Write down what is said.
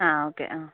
ആ ഓക്കേ